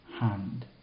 hand